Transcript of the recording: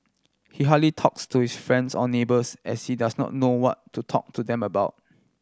he hardly talks to his friends or neighbours as she does not know what to talk to them about